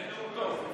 היה נאום טוב.